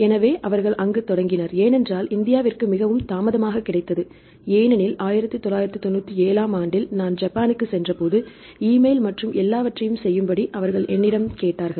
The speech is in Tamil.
எனவே அவர்கள் அங்கு தொடங்கினர் ஏனென்றால் இந்தியாவிற்கு மிகவும் தாமதமாக கிடைத்தது ஏனெனில் 1997 ஆம் ஆண்டில் நான் ஜப்பானுக்கு சென்றபோது ஈமெயில் மற்றும் எல்லாவற்றையும் செய்யும்படி அவர்கள் என்னிடம் கேட்டார்கள்